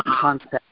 concept